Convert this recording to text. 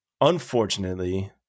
unfortunately